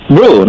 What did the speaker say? Bro